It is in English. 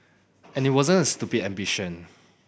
and it wasn't a stupid ambition